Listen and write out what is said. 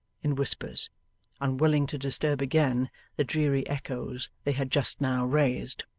in whispers unwilling to disturb again the dreary echoes they had just now raised.